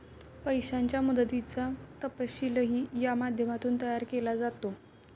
पैशाच्या गुंतवणुकीचा तपशीलही या माध्यमातून तयार केला जातो